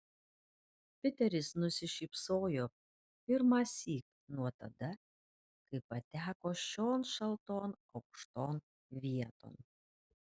piteris nusišypsojo pirmąsyk nuo tada kai pateko šion šalton aukšton vieton